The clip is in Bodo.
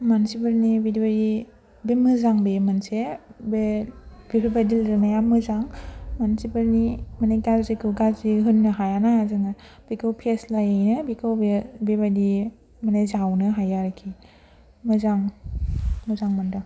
मानसिफोरनि बिदि बिदि बे मोजां बे मोनसे बे बेफोरबायदि लिरनाया मोजां मानसिफोरनि माने गाज्रिखौ गाज्रि होननो हायाना जोङो बेखौ फेस्लायैनो बेखौ बियो बेबायदियै माने जावनो हायो आरोखि मोजां मोजां मोन्दों